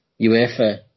UEFA